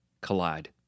collide